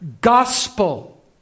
gospel